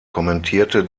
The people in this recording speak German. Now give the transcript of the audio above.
kommentierte